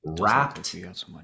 wrapped